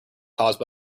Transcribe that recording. caused